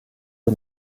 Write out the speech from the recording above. eux